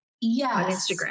Yes